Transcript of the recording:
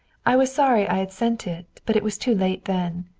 i was sorry i had sent it, but it was too late then.